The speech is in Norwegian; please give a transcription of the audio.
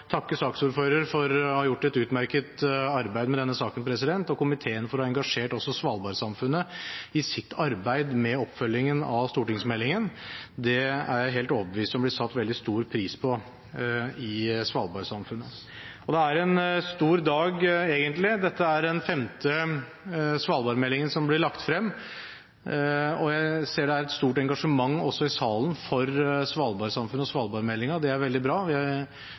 takke saksordføreren for å ha gjort et utmerket arbeid med denne saken, og komiteen for å ha engasjert også Svalbard-samfunnet i sitt arbeid med oppfølgingen av stortingsmeldingen. Det er jeg helt overbevist om blir satt veldig stor pris på i Svalbard-samfunnet. Det er egentlig en stor dag. Dette er den femte Svalbard-meldingen som blir lagt frem. Jeg ser det er et stort engasjement i salen for Svalbard-samfunnet og Svalbard-meldingen – det er veldig bra.